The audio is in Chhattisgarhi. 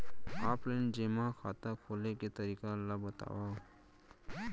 ऑफलाइन जेमा खाता खोले के तरीका ल बतावव?